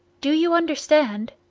do you understand?